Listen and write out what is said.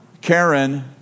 Karen